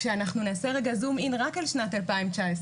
כשאנחנו נעשה רגע זום-אין רק על שנת 2019,